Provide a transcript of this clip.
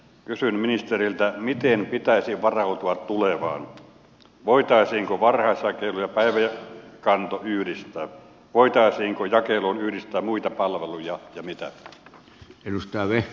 kysyn ministeriltä miten pitäisi varautua tulevaan voitaisiinko varhaisjakelu ja päivi karhu yhdistää voitaisiinko jakeluun yhdistää muita palveluja ja mitä edustalle